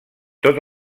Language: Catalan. tot